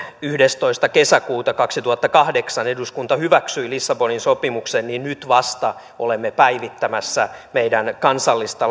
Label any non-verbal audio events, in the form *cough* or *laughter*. yhdestoista kesäkuuta kaksituhattakahdeksan eduskunta hyväksyi lissabonin sopimuksen niin nyt vasta olemme päivittämässä meidän kansallista *unintelligible*